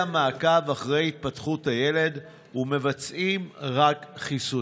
מעקב אחר התפתחות הילד ומבצעים רק חיסונים.